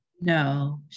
No